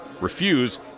Refuse